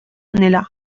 nella